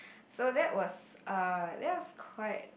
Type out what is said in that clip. so that was (err)that was quite